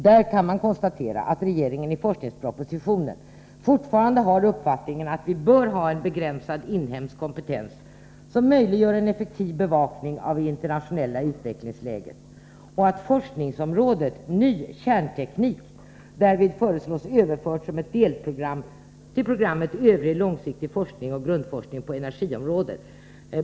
Där kan man konstatera att regeringen i forskningspropositionen fortfarande har uppfattningen att vi bör ha en begränsad inhemsk kompetens som möjliggör en effektiv bevakning av det internationella utvecklingsläget och att forskningsområdet Ny kärnteknik föreslås överfört som ett delprogram till programmet Övrig långsiktig forskning och grundforskning på energiområdet.